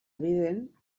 evident